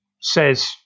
says